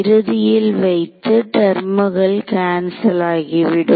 இறுதியில் வைத்து டெர்முகள் கேன்சல் ஆகிவிடும்